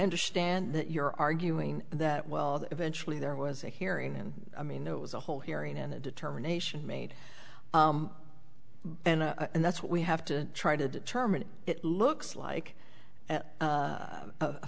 understand that you're arguing that well that eventually there was a hearing and i mean it was a whole hearing and a determination made and and that's what we have to try to determine it looks like a